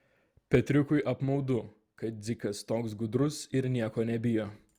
petriukui apmaudu kad dzikas toks gudrus ir nieko nebijo